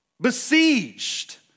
Besieged